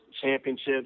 championships